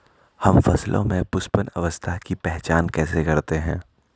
हम फसलों में पुष्पन अवस्था की पहचान कैसे करते हैं?